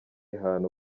hantu